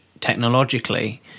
technologically